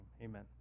amen